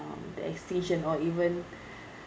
um the extinction or even